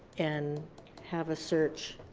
and have a search